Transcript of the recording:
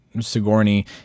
Sigourney